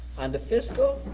under fiscal,